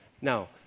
Now